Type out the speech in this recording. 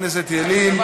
תודה רבה, חבר הכנסת ילין.